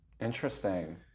Interesting